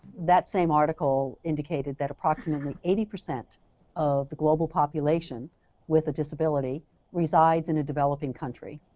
that same article indicated that approximately eighty percent of the global population with a disability resides in a developing country.